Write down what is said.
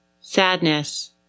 sadness